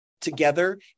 together